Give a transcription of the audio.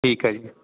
ਠੀਕ ਹੈ ਜੀ